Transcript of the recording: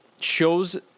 shows